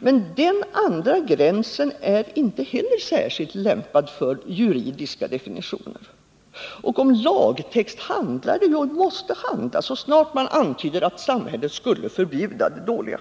Men denna andra gräns är inte heller särskilt lämpad för juridiska definitioner. Och om lagtext handlar det och måste det handla, så snart man antyder att samhället skulle förbjuda det dåliga.